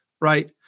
right